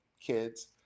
kids